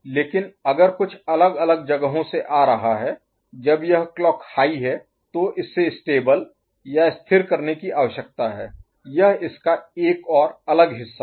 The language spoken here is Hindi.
लेकिन अगर कुछ अलग अलग जगहों से आ रहा है जब यह क्लॉक हाई है तो इसे स्टेबल या स्थिर होने की आवश्यकता है यह इसका एक और अलग हिस्सा है